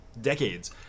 decades